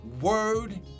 Word